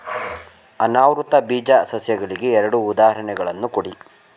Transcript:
ಅನಾವೃತ ಬೀಜ ಸಸ್ಯಗಳಿಗೆ ಎರಡು ಉದಾಹರಣೆಗಳನ್ನು ಕೊಡಿ